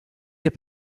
les